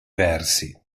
versi